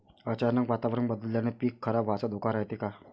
अचानक वातावरण बदलल्यानं पीक खराब व्हाचा धोका रायते का?